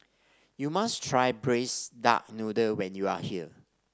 you must try Braised Duck Noodle when you are here